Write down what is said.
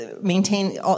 maintain